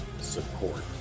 Support